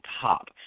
top